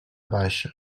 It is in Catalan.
baixa